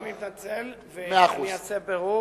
אני מתנצל ואני אעשה בירור.